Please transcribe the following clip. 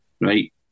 right